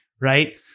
Right